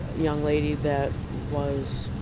young lady that was